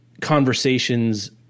conversations